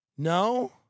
No